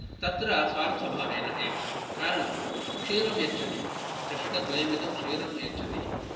तत्र स्वार्थभावेन एव कारणं क्षीरं यच्छति चषकद्वयमितं क्षीरं यच्छति